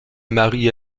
mari